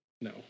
No